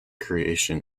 creation